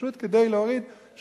פשוט כדי להוריד את המחיר,